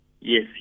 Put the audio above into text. yes